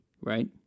right